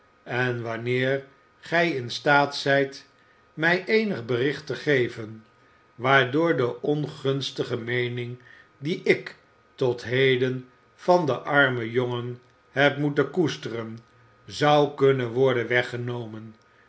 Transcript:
en wanneer gij in staat zijt mij eenig bericht te geven waardoor de ongunstige meening die ik tot heden van den armen jongen heb moeten koesteren zou kunnen worden weggenomen